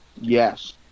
Yes